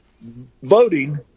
voting